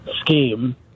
scheme